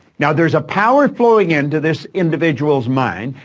now, there's a power flowing into this individual's mind,